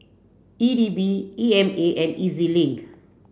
E D B E M A and E Z Link